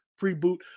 preboot